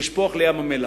לשפוך לים-המלח.